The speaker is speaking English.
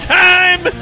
time